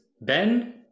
Ben